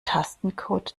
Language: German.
tastencode